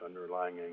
underlying